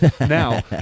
Now